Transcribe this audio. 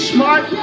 Smart